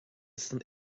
san